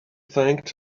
thanked